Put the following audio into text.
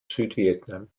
südvietnam